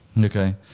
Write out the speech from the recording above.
Okay